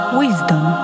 wisdom